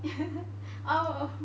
oh